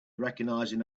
recognizing